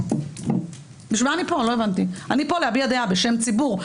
בשביל להביע דעה בשם ציבור.